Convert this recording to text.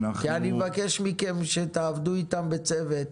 כי אני מבקש מכם שתעבדו איתם בצוות,